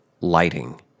lighting